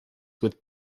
with